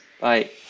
bye